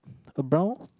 about